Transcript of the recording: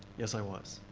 yes, i was.